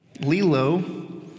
Lilo